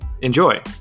Enjoy